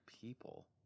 people